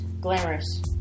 glamorous